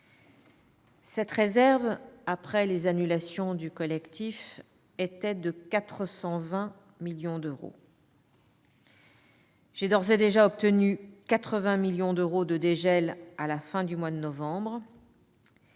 Cette réserve, après les annulations du collectif, était de 420 millions d'euros. J'ai d'ores et déjà obtenu 80 millions d'euros de dégel à la fin du mois de novembre.